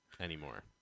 anymore